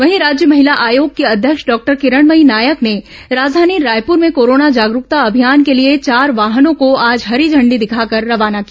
वहीं राज्य महिला आयोग की अध्यक्ष डॉक्टर किरणमयी नायक ने राजधानी रायपूर में कोरोना जागरूकता अभियान के लिए चार वाहनों को आज हरी झण्डी दिखाकर रवाना किया